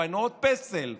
לפנות פסל,